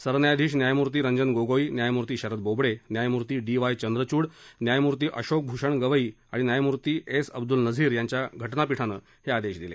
सरन्यायाधीश न्यायमूर्ती रंजन गोगोई न्यायमूर्ती शरद बोबडे न्यायमूर्ती डी वाय चंद्रचूड न्यायमूर्ती अशोक भूषण आणि न्यायमूर्ती एस अब्दूल नझीर यांच्या घटनापीठानं हे आदेश दिले